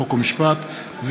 חוק ומשפט,